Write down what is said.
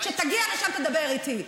היית שלוש, כשתגיע לשם תדבר איתי.